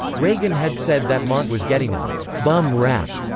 reagan had said that montt was getting a bum rap,